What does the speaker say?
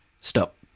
Stop